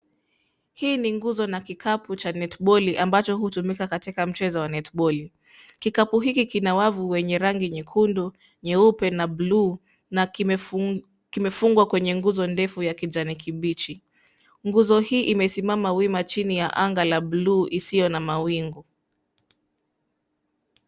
Hii ni nguzo na kikapu cha netiboli ambacho hutumika katika mchezo wa netiboli. Kikapu hiki kina wavu wenye rangi nyekundu, nyeupe na buluu, na kimefungwa kwenye nguzo ndefu ya kijani kibichi. Nguzo hii imesimama wima chini ya anga la buluu isiyo na mawingu.